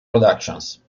productions